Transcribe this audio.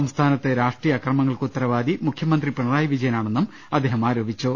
സംസ്ഥാനത്ത് രാഷ്ട്രീയ അക്രമ ങ്ങൾക്ക് ഉത്തരവാദി മുഖ്യമന്ത്രി പിണറായി വിജയനാണെന്നും അദ്ദേഹം ആരോപിച്ചു